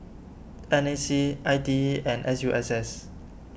N A C I T E and S U S S